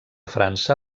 frança